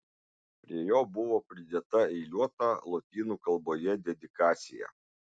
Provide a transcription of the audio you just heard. prie jo buvo pridėta eiliuota lotynų kalboje dedikacija